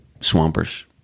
Swampers